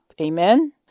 Amen